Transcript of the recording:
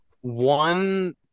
One